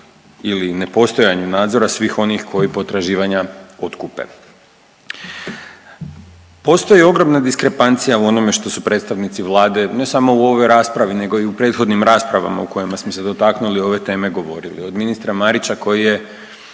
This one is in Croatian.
ili nepostojanju nadzora svih onih koji potraživanja otkupe. Postoji ogromna diskrepancija u onome što su predstavnici Vlade ne samo u ovoj raspravi, nego i u prethodnim raspravama u kojima smo se dotaknuli ove teme govorili od ministra Marića koji je